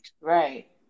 right